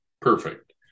perfect